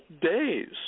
days